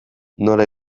nola